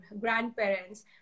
grandparents